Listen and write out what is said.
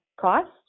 cost